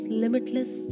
limitless